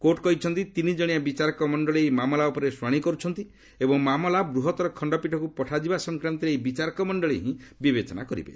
court କହିଛନ୍ତି ତିନିକଣିଆ ବିଚାରକମଣ୍ଡଳି ଏହି ମାମଲା ଉପରେ ଶୁଶାଣି କରୁଛନ୍ତି ଏବଂ ଏହି ମାମଲା ବୃହତ୍ତର ଖଣ୍ଡପୀଠକୁ ପଠାଯିବା ସଂକ୍ରାନ୍ତରେ ଏହି ବିଚାରକ ମଣ୍ଡଳି ହିଁ ବିବେଚନା କରିବେ